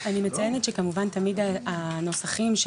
אני מציינת שכמובן תמיד הנוסחים של